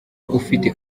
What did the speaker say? ufite